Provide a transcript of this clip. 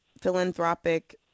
philanthropic